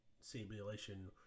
simulation